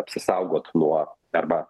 apsisaugot nuo arba